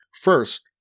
First